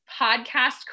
podcast